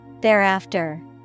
Thereafter